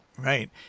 Right